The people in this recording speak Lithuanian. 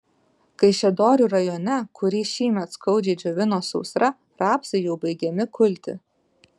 kaišiadorių rajone kurį šįmet skaudžiai džiovino sausra rapsai jau baigiami kulti